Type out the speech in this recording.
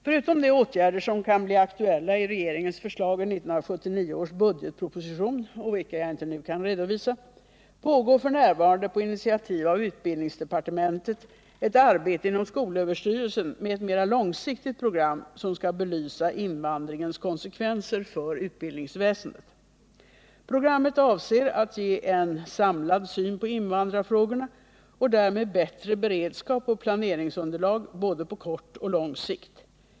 Förutom de åtgärder som kan bli aktuella i regeringens förslag i 1979 års budgetproposition och vilka jag inte nu kan redovisa, pågår f. n. på initiativ av utbildningsdepartementet ett arbete inom skolöverstyrelsen med ett mera långsiktigt program, som skall belysa invandringens konsekvenser för utbildningsväsendet. Programmet avser att ge en samlad syn på invandrarfrågorna och därmed bättre beredskap och planeringsunderlag både på kort och på lång sikt.